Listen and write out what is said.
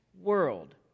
world